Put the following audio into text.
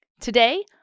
Today